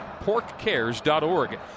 porkcares.org